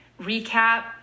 recap